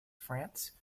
france